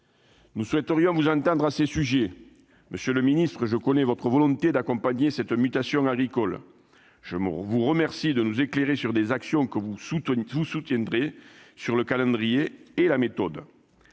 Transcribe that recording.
Nous souhaiterions, monsieur le ministre, vous entendre sur ces questions. Je connais votre volonté d'accompagner cette mutation agricole. Je vous remercie de nous éclairer sur les actions que vous soutiendrez, le calendrier et la méthode.